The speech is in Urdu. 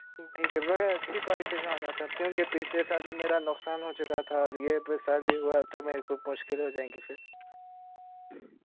ٹھیک ہے مگر اچھی کوالیٹی کا ہونا سر کیونکہ پچھلی سال بھی میرا نقصان ہو چکا تھا اور یہ بھی سال ہوا تو میرے کو مشکل ہو جائے گی سر